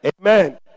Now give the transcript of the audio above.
Amen